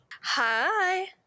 Hi